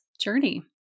journey